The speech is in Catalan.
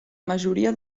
majoria